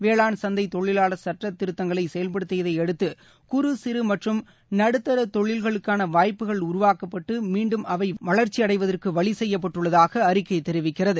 வேளாண் சந்தை தொழிலாளர் சட்டத் திருத்தங்களை செயல்படுத்தியதையடுத்து குறு சிறு மற்றும் நடுத்தர தொழில்களுக்கான வாய்ப்புகள் உருவாக்கப்பட்டு மீண்டும் அவை வளர்ச்சியடைவதற்கு வழி செய்யப்பட்டுள்ளதாக அறிக்கை தெரிவிக்கிறது